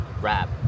rap